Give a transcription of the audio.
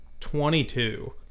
22